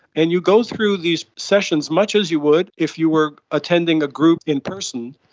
and you go through these sessions much as you would if you were attending a group in person.